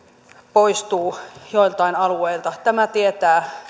poistuu joiltain alueilta tämä tietää